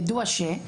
ידוע ש-,